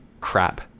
crap